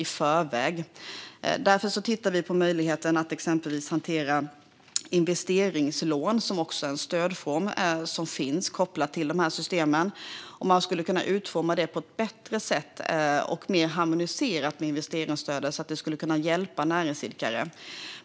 Därför tittar vi på möjligheten att exempelvis hantera investeringslån, som också är en stödform kopplad till dessa system, och om man skulle kunna utforma detta på ett bättre sätt och mer harmoniserat med investeringsstödet så att det skulle kunna hjälpa näringsidkare.